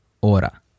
ora